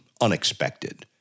unexpected